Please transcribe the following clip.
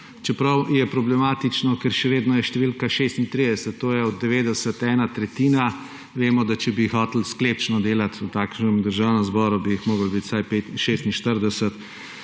čeprav je problematično, ker še vedno je številka 36, to je od 90 ena tretjina. Vemo, da če bi hoteli sklepčno delati v Državnem zboru, bi moralo biti vsaj 46